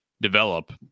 develop